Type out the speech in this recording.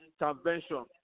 intervention